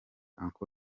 uncle